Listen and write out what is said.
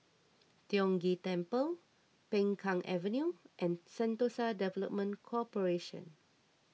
Tiong Ghee Temple Peng Kang Avenue and Sentosa Development Corporation